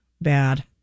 bad